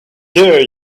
there